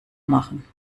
machen